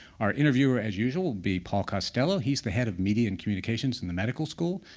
our interviewer, as usual, will be paul costello. he's the head of media and communications in the medical school,